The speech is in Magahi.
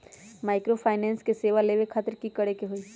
माइक्रोफाइनेंस के सेवा लेबे खातीर की करे के होई?